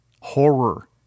Horror